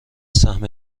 سهم